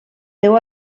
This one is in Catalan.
deu